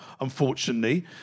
unfortunately